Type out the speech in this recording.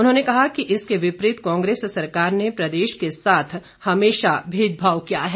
उन्होंने कहा कि इसके विपरीत कांग्रेस सरकार ने प्रदेश के साथ हमेशा भेदभाव किया है